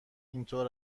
اینطور